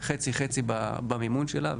עושים חצי חצי במימון שלה,